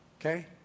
okay